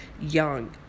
young